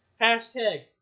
Hashtag